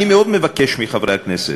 אני מאוד מבקש מחברי הכנסת: